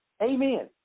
Amen